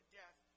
death